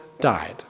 died